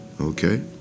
okay